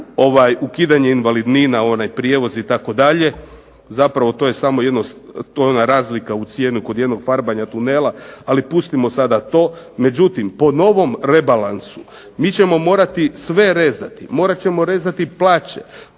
ukidanje invalidnina, onaj prijevoz itd. zapravo to je samo ona razlika kod cijene kod jednog farbanja tunela, međutim pustimo sada to. Međutim, po novom rebalansu mi ćemo morati sve rezati. Morat ćemo rezati plaće,